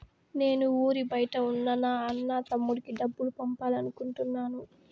నేను ఊరి బయట ఉన్న నా అన్న, తమ్ముడికి డబ్బులు పంపాలి అనుకుంటున్నాను